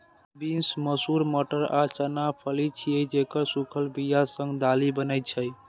beans, मसूर, मटर आ चना फली छियै, जेकर सूखल बिया सं दालि बनै छै